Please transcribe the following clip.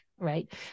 right